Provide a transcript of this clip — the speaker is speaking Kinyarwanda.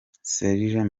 sergent